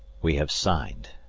we have signed,